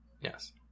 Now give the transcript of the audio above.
Yes